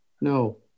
No